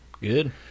Good